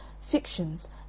fictions